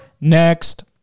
next